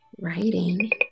Writing